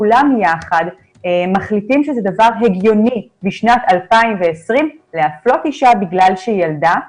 כולם יחד מחליטים שזה דבר הגיוני בשנת 2020 להפלות אישה בגלל שהיא ילדה.